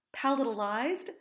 palatalized